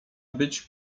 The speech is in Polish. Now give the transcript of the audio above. być